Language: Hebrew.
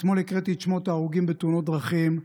אתמול הקראתי את שמות ההרוגים בתאונות דרכים,